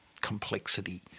complexity